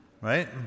Right